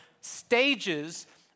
stages